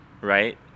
right